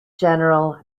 general